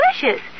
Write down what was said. Delicious